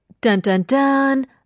dun-dun-dun